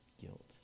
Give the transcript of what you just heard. guilt